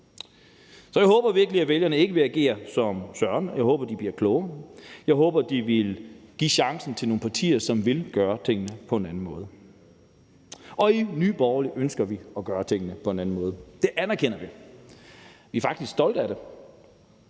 Så jeg håber virkelig, at vælgerne ikke vil agere som Søren. Jeg håber, de bliver klogere, og jeg håber, at de vil give chancen til nogle partier, som vil gøre tingene på en anden måde. Og i Nye Borgerlige ønsker vi at gøre tingene på en anden måde, det anerkender vi, vi er faktisk stolte af det,